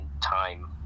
time